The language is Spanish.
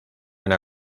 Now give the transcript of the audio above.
una